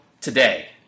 today